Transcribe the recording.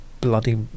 bloody